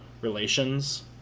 relations